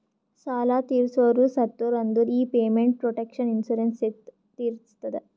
ಸಾಲಾ ತೀರ್ಸೋರು ಸತ್ತುರ್ ಅಂದುರ್ ಈ ಪೇಮೆಂಟ್ ಪ್ರೊಟೆಕ್ಷನ್ ಇನ್ಸೂರೆನ್ಸ್ ತೀರಸ್ತದ